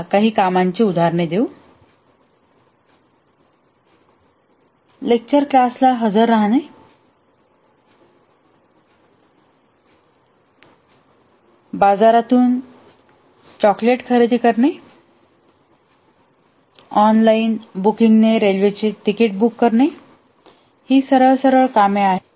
चला काही कामाची उदाहरणे देऊ लेक्चर क्लासला हजर रहाणे बाजारातून चॉकलेट खरेदी करणे ऑनलाइन बुकिंगने रेल्वेचे तिकीट बुक करणे ही सरळ सरळ कामे आहेत